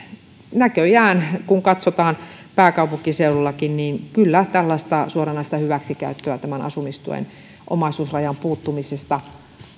näköjään kun katsotaan pääkaupunkiseudullakin kyllä tällaista suoranaista hyväksikäyttöä tämän asumistuen omaisuusrajan puuttumisesta